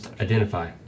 identify